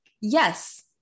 Yes